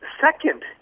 second